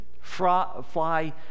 fly